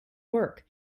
work